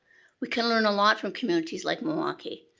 we can learn a lot from communities like milwaukee.